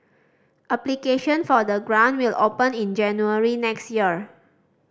application for the grant will open in January next year